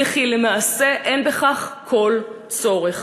וכי למעשה אין בכך כל צורך.